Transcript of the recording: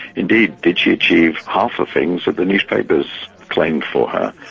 indeed, did she achieve half the things that the newspapers claimed for her,